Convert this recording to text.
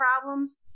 problems